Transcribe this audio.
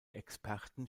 experten